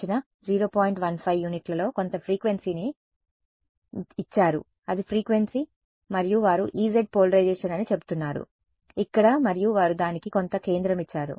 15 యూనిట్లలో కొంత ఫ్రీక్వెన్సీని ఇచ్చారు అది ఫ్రీక్వెన్సీ మరియు వారు Ez పోలరైజేషన్ అని చెబుతున్నారు ఇక్కడ మరియు వారు దానికి కొంత కేంద్రం ఇచ్చారు